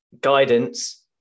guidance